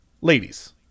ladies